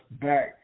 back